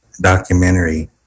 documentary